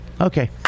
Okay